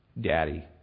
Daddy